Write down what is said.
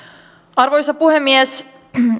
arvoisa puhemies